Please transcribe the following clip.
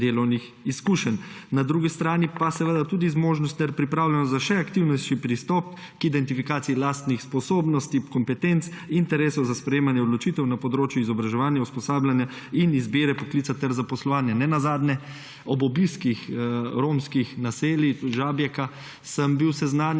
delovnih izkušenj. Na drugi strani pa seveda tudi zmožnost ter pripravljenost za še aktivnejši pristop k identifikaciji lastnih sposobnosti, kompetenc, interesov za sprejemanje odločitev na področju izobraževanja, usposabljanja in izbire poklica ter zaposlovanja. Ob obiskih romskih naselij, tudi Žabjeka, sem bil seznanjen